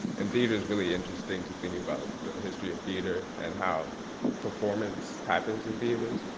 and theater is really interesting to think about the history of theater and how performance happens in theaters.